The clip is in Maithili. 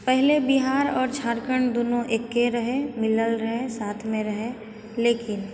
पहिने बिहार आओर झारखण्ड दुनू एके रहै मिलल रहै साथमे रहै लेकिन